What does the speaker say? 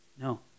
No